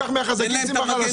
קח מהחזקים, ותן לחלשים.